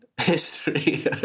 history